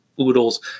Oodles